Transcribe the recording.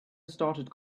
started